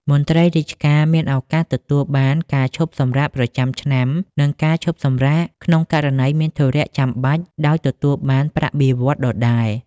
មន្ត្រីរាជការមានឱកាសទទួលបានការឈប់សម្រាកប្រចាំឆ្នាំ និងការឈប់សម្រាកក្នុងករណីមានធុរៈចាំបាច់ដោយទទួលបានប្រាក់បៀវត្សរ៍ដដែល។